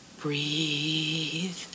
Breathe